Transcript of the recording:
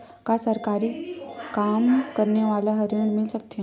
का सरकारी काम करने वाले ल हि ऋण मिल सकथे?